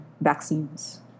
vaccines